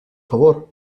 favor